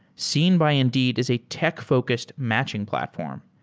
seen by indeed is a tech-focused matching platform.